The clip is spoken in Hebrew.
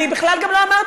אני בכלל גם לא אמרתי,